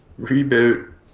reboot